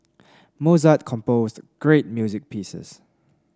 Mozart composed great music pieces